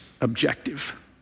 objective